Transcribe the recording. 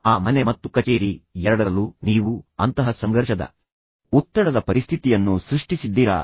ಆ ಮನೆ ಮತ್ತು ಕಚೇರಿ ಎರಡರಲ್ಲೂ ನೀವು ಅಂತಹ ಸಂಘರ್ಷದ ಒತ್ತಡದ ಪರಿಸ್ಥಿತಿಯನ್ನು ಸೃಷ್ಟಿಸಿದ್ದೀರಾ